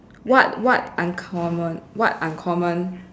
what what uncommon what uncommon